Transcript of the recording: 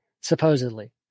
supposedly